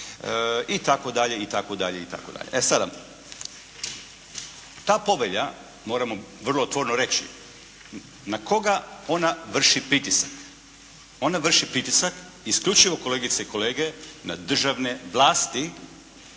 zastupnike itd. itd. itd. E sada, ta povelja, moramo vrlo otvoreno reći na koga ona vrši pritisak? Ona vrši pritisak, isključivo kolegice i kolege, na državne vlasti